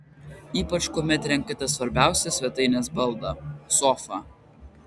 ypač kuomet renkatės svarbiausią svetainės baldą sofą